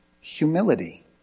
humility